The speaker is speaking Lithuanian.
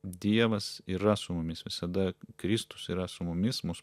dievas yra su mumis visada kristus yra su mumis mus